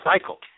cycle